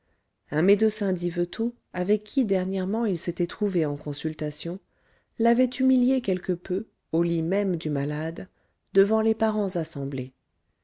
d'ambition un médecin d'yvetot avec qui dernièrement il s'était trouvé en consultation l'avait humilié quelque peu au lit même du malade devant les parents assemblés